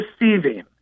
deceiving